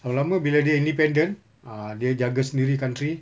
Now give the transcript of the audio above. lama lama bila dia independent ah dia jaga sendiri country